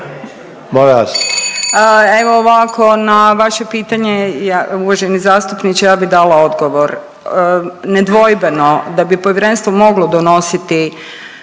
Evo ovako, na vaše pitanje uvaženi zastupniče ja bi dala odgovor. Nedvojbeno da bi povjerenstvo moglo donositi